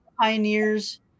pioneers